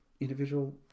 Individual